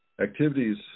Activities